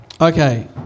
Okay